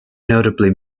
notably